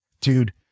Dude